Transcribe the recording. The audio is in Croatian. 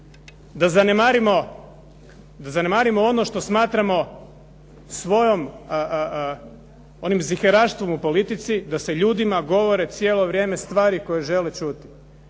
ne zanemarimo ono što smatramo svojom, onim ziheraštvom u politici da se ljudima govore cijelo vrijeme stvari koje žele čuti.